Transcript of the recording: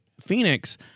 Phoenix